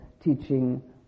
teaching